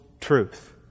truth